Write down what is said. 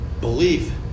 belief